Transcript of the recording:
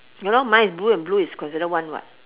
ya lor mine is blue and blue is considered one [what]